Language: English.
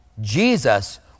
Jesus